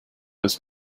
was